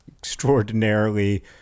extraordinarily